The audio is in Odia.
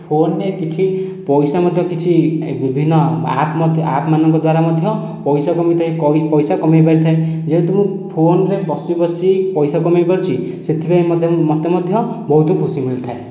ଫୋନରେ କିଛି ପଇସା ମଧ୍ୟ କିଛି ବିଭିନ୍ନ ଆପ୍ ମଧ୍ୟ ଆପ୍ ମାନଙ୍କ ଦ୍ୱାରା ମଧ୍ୟ ପଇସା କମିଥାଏ ପଇସା କମାଇ ପାରିଥାଏ ଯେହେତୁ ମୁଁ ଫୋନରେ ବସି ବସି ପଇସା କମାଇ ପାରୁଛି ସେଥିପାଇଁ ମୋତେ ମଧ୍ୟ ବହୁତ ଖୁସି ମିଳିଥାଏ